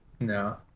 No